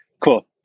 Cool